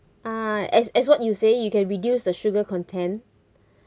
uh as as what you say you can reduce the sugar content